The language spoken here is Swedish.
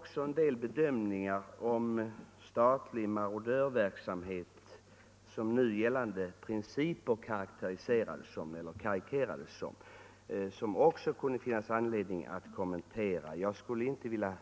Herr Lövenborg karikerade också nu gällande principer och betecknade tillämpningen av dessa som statlig marodörverksamhet. Även detta kunde det finnas anledning att kommentera — jag skulle inte vilja